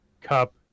cup